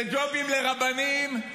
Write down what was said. לג'ובים לרבנים,